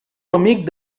amic